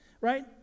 right